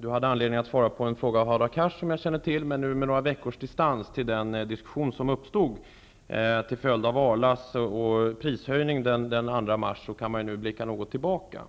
jordbruksministern tidigare haft anledning att svara på en fråga i det här ämnet från Hadar Cars. Men med några veckors distans till den diskussion som uppstod till följd av Arlas prishöjning den 2 mars kan man nu blicka något tillbaka.